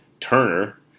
Turner